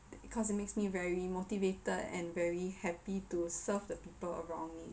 because it makes me very motivated and very happy to serve the people around me